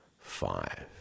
five